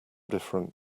different